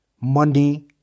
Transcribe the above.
money